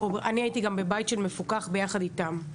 אני גם הייתי בבית של מפוקחים יחד איתם.